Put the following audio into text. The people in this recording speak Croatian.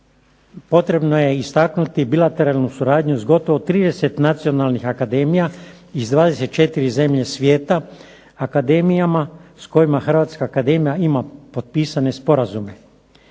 potrebno je istaknuti bilateralnu suradnju s gotovo 30 nacionalnih akademija iz 24 zemlje svijeta, akademijama s kojima Hrvatska akademija ima potpisane sporazume.